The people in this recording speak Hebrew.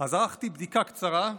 אז ערכתי בדיקה קצרה,